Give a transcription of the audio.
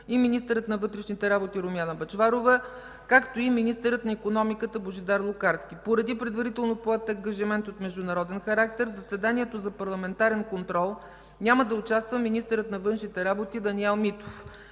и министър на вътрешните работи Румяна Бъчварова, както и министърът на икономиката Божидар Лукарски. Поради предварително поет ангажимент от международен характер, в заседанието за парламентарен контрол няма да участва министърът на външните работи Даниел Митов.